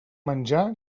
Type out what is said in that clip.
menjar